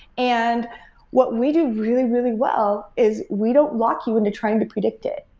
and what we do really, really well is we don't walk you into trying to predict it.